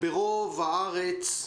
ברוב הארץ,